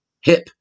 hip